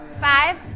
five